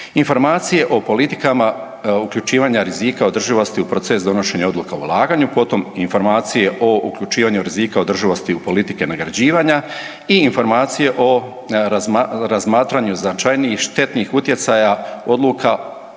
Informacije o politikama uključivanja rizika održivosti u proces donošenja odluka u ulaganju potom informacije o uključivanju rizika održivosti u politike nagrađivanja i informacije o razmatranju značajnijih štetnih utjecaja odluka o ulaganju